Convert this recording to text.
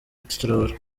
traore